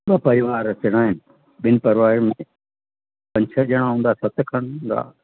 ॿ परिवार अचिणा आहिनि ॿिनि परिवार में पंज छह ॼणा हूंदा सत खनि हूंदा